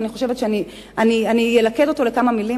ואני חושבת שאני אלכד אותו לכמה מלים